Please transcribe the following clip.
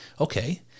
Okay